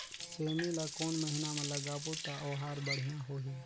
सेमी ला कोन महीना मा लगाबो ता ओहार बढ़िया होही?